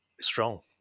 strong